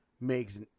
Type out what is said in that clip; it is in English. makes